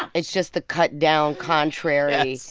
and it's just the cut down contrary.